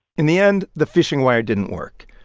in the end, the fishing wire didn't work.